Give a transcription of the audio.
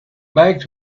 biked